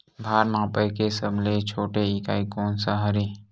भार मापे के सबले छोटे इकाई कोन सा हरे?